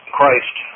Christ